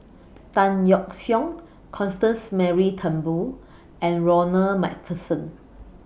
Tan Yeok Seong Constance Mary Turnbull and Ronald MacPherson